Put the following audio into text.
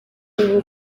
ubu